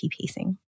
pacing